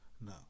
No